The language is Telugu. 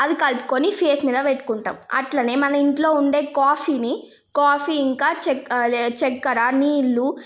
అది కలుపుకొని ఫేస్ మీద పెట్టుకుంటాం అట్లనే మన ఇంట్లో ఉండే కాఫీని కాఫీ ఇంకా చెక్క చక్కర నీళ్లుు